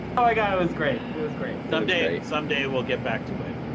oh, my god. it was great. it was great. someday someday we'll get back to it.